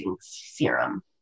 Serum